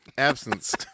absence